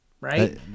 Right